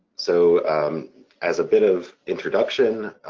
so as a bit of introduction,